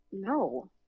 no